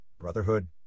brotherhood